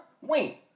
Wait